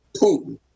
Putin